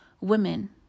Women